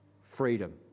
freedom